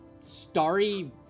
starry